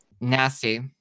nasty